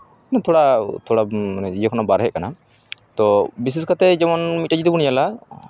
ᱳᱭ ᱛᱷᱚᱲᱟ ᱛᱷᱚᱲᱟ ᱢᱟᱱᱮ ᱤᱭᱟᱹ ᱠᱷᱚᱱᱟᱜ ᱵᱟᱦᱨᱮᱜ ᱠᱟᱱᱟ ᱛᱳ ᱵᱤᱥᱮᱥ ᱠᱟᱛᱮᱜ ᱡᱮᱢᱚᱱ ᱢᱤᱫᱴᱮᱡ ᱡᱩᱫᱤ ᱵᱚᱱ ᱧᱮᱞᱟ